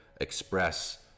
express